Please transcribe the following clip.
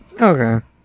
okay